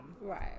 right